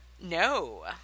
No